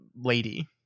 lady